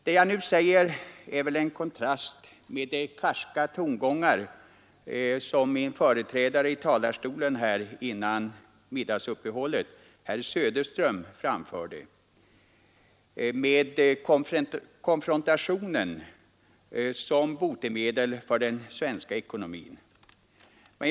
Det jag nu säger är väl en kontrast mot de karska tongångar som min företrädare i talarstolen närmast före middagsuppehållet, herr Söderström, framförde med konfrontationen som botemedel för den svenska ekonomin.